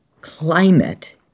climate